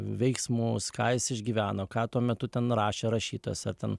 veiksmus ką jis išgyveno ką tuo metu ten rašė rašytojas ar ten